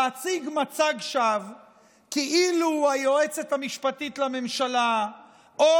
להציג מצג שווא כאילו היועצת המשפטית לממשלה או